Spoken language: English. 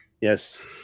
Yes